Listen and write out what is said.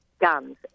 guns